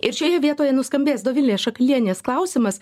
ir šioje vietoje nuskambės dovilės šakalienės klausimas